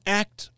act